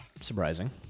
surprising